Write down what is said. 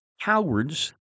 cowards